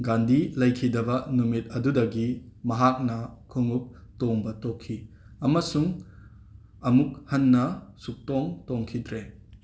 ꯒꯥꯟꯗꯤ ꯂꯩꯈꯤꯗꯕ ꯅꯨꯃꯤꯠ ꯑꯗꯨꯗꯒꯤ ꯃꯍꯥꯛꯅ ꯈꯣꯡꯎꯞ ꯇꯣꯡꯕ ꯇꯣꯛꯈꯤ ꯑꯃꯁꯨꯡ ꯑꯃꯨꯛ ꯍꯟꯅ ꯁꯨꯛꯇꯣꯡ ꯇꯣꯡꯈꯤꯗ꯭ꯔꯦ